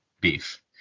beef